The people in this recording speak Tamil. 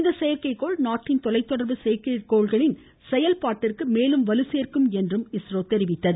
இந்த செயற்கைகோள் நாட்டின் தொலைதொடர்பு செயற்கைகோள்களின் செயல்பாட்டிற்கு மேலும் வலு சேர்க்கும் என்றும் இஸ்ரோ கூறியுள்ளது